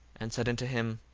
and said unto him,